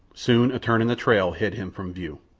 soon a turn in the trail hid him from view.